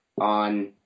on